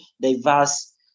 diverse